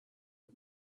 and